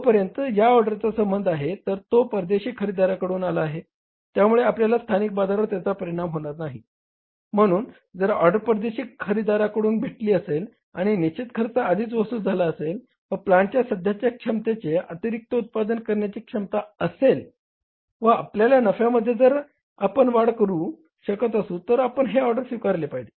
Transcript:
जोपर्यंत या ऑर्डरचा संबंध आहे तर तो परदेशी खरेदीदाराकडून आहे त्यामुळे आपल्या स्थानिक बाजारावर त्याचा परिणाम होणार नाही म्हणून जर ऑर्डर परदेशी खरेदीदाराकडून भेटली असेल आणि निश्चित खर्च आधीच वसूल झाला असेल व प्लांटच्या सध्याच्या क्षमतेत अतिरिक्त उत्पादन करण्याची क्षमता असेल व आपल्या नफ्यामध्ये जर आपण वाढ करू शकत असू तर आपण हे ऑर्डर स्वीकारले पाहिजे